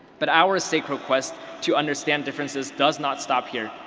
but our sacred quest to understand differences does not stop here.